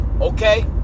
okay